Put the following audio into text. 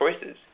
choices